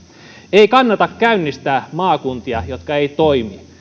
ei kannata käynnistää maakuntia jotka eivät toimi